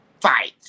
fight